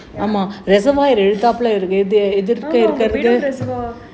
bedok reservoir